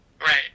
Right